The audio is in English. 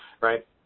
right